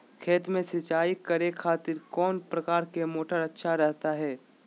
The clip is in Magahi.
खेत में सिंचाई करे खातिर कौन प्रकार के मोटर अच्छा रहता हय?